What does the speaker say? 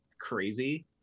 crazy